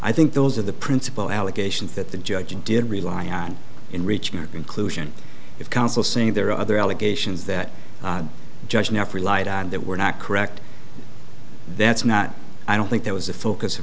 i think those are the principal allegations that the judge did rely on enrichment conclusion if counsel saying there are other allegations that judge neff relied on that were not correct that's not i don't think there was a focus of